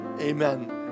Amen